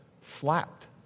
slapped